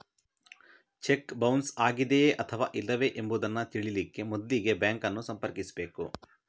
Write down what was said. check bounce ಆಗಿದೆಯೇ ಅಥವಾ ಇಲ್ಲವೇ ಎಂಬುದನ್ನ ತಿಳೀಲಿಕ್ಕೆ ಮೊದ್ಲಿಗೆ ಬ್ಯಾಂಕ್ ಅನ್ನು ಸಂಪರ್ಕಿಸ್ಬೇಕು